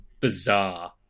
bizarre